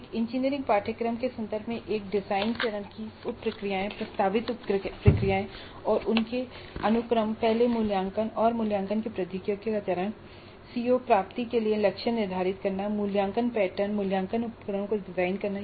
एक इंजीनियरिंग पाठ्यक्रम के संदर्भ में एक डिजाइन चरण की उप प्रक्रियाएं प्रस्तावित उप प्रक्रियाएं और उनके अनुक्रम हैं पहले मूल्यांकन और मूल्यांकन के लिए प्रौद्योगिकी का चयन जिसे हमअगली इकाई में देखेंगे सीओ प्राप्ति के लिए लक्ष्य निर्धारित करना मूल्यांकन पैटर्न और मूल्यांकन उपकरणों को डिजाइन करना